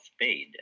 paid